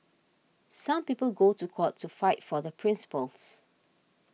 some people go to court to fight for the principles